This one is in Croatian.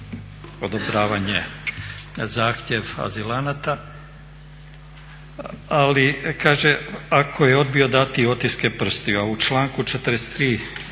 odobravanje zahtjeva azilanata, ali kaže ako je odbio dati otiske prstiju, a u članku 43.